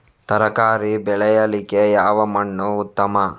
ತರಕಾರಿ ಬೆಳೆಯಲಿಕ್ಕೆ ಯಾವ ಮಣ್ಣು ಉತ್ತಮ?